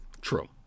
True